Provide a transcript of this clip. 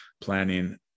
planning